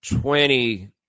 Twenty